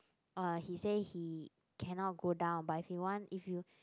uh he say he cannot go down but if he want if you